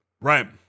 Right